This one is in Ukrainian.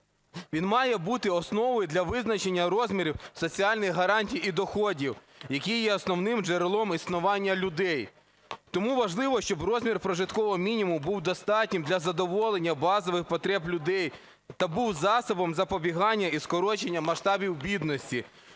він має бути основою для визначення розмірів соціальних гарантій і доходів, які є основним джерелом існування людей. Тому важливо, щоб розмір прожиткового мінімуму був достатнім для задоволення базових потреб людей та був засобом запобігання і скорочення масштабів бідності.